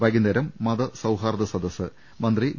വൈകുന്നേരം മതസൌഹാർദ്ദ സദസ്സ് മന്ത്രി വി